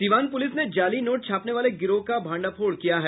Siwan police ने जाली note छापने वाले गिरोह का भांडाफोड़ किया है